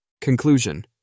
Conclusion